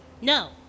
No